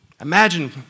Imagine